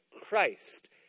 Christ